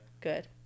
Good